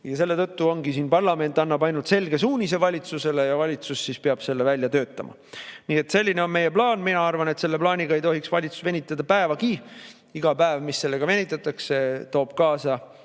Ja selle tõttu ongi nii, et parlament annab ainult selge suunise valitsusele ja valitsus siis peab selle välja töötama. Nii et selline on meie plaan. Mina arvan, et selle plaaniga ei tohiks valitsus venitada päevagi. Iga päev, mis sellega venitatakse, toob kaasa